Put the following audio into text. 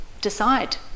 decide